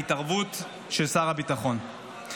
בהתערבות של שר הביטחון.